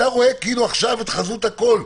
אתה רואה כאילו עכשיו את חזות הכול.